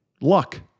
luck